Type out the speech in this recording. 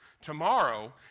Tomorrow